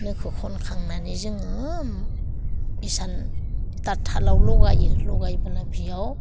नोखौ खनखांनानै जोङो इसान दाथालाव लगायो लगायोब्ला बियाव